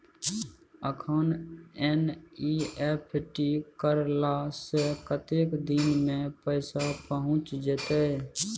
अखन एन.ई.एफ.टी करला से कतेक दिन में पैसा पहुँच जेतै?